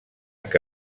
que